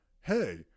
hey